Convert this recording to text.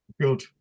Good